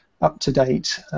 up-to-date